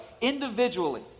individually